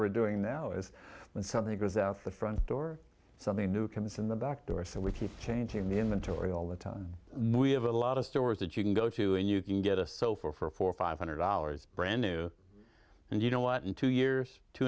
are doing now is when something goes out the front door something new comes in the back door so we keep changing the inventory all the time we have a lot of stores that you can go to and you can get a sofa for four or five hundred dollars brand new and you know what in two years two